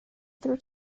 through